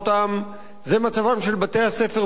זה מצבם של בתי-הספר וגני-הילדים,